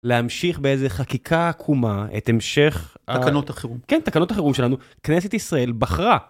להמשיך באיזה חקיקה עקומה את המשך ה... - תקנות החירום - כן תקנות החירום שלנו, כנסת ישראל בחרה...